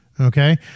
Okay